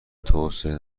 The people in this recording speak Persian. توسعه